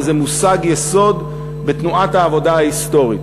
וזה מושג יסוד בתנועת העבודה ההיסטורית,